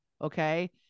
okay